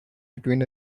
between